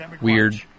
weird